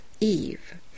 Eve